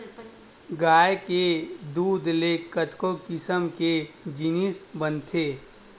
गाय के दूद ले कतको किसम के जिनिस बनथे